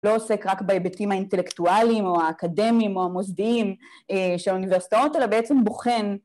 לא עוסק רק בהיבטים האינטלקטואליים או האקדמיים או המוסדיים של האוניברסיטאות, אלא בעצם בוחן